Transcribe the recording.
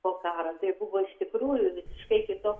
po karo tai buvo iš tikrųjų visiškai kitoks